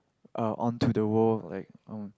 uh onto the world like